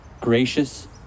gracious